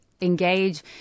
engage